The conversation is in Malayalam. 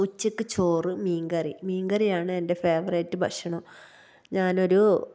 ഉച്ചയ്ക്ക് ചോറ് മീന്കറി മീന്കറിയാണ് എന്റെ ഫേവറേയ്റ്റ് ഭക്ഷണം ഞാനൊരു